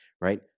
right